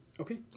Okay